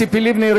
ציפי לבני,